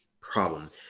problem